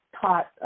taught